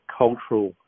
cultural